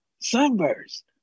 sunburst